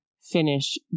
Finish